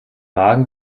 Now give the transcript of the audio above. magen